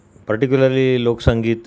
particularly लोकसंगीत